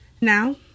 Now